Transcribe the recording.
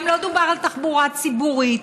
גם לא דובר על תחבורה ציבורית.